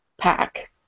pack